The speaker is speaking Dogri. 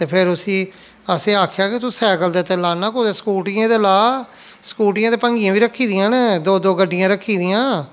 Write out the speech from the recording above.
ते फिर उस्सी असें आखेआ कि तू साइकल दे ते लान्ना कुतै स्कूटियें दे ला स्कूटियां ते भंगियें बी रखी दियां न दो दो गड्डियां रखी दियां